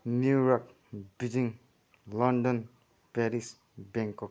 New York Beijing London Paris बैङ्कक